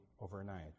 overnight